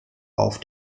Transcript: auf